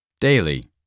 daily